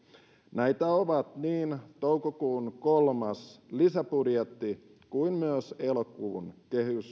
näitä ovat niin toukokuun kolmas lisäbudjetti kuin myös elokuun